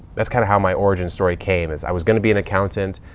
that's kind of how my origin story came is i was going to be an accountant.